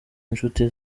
nshuti